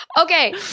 Okay